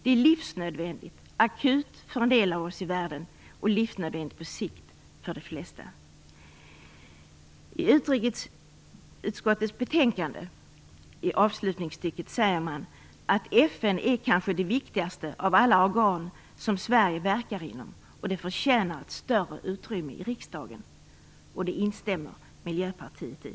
Det är livsnödvändigt och akut för en del av oss i världen, och det är livsnödvändigt för de flesta på sikt. I avslutningsstycket i utrikesutskottets betänkande sägs: FN är kanske det viktigaste av alla organ som Sverige verkar inom och förtjänar ett större utrymme i riksdagen. Detta instämmer Miljöpartiet i.